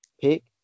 pick